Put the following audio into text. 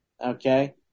Okay